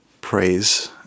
praise